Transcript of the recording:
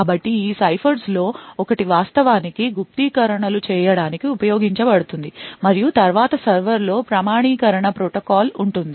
కాబట్టి ఈ ciphers లో ఒకటి వాస్తవానికి గుప్తీకరణలు చేయడానికి ఉపయోగించబడుతుంది మరియు తరువాత సర్వర్తో ప్రామాణీకరణ protocol ఉంటుంది